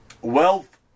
wealth